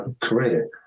career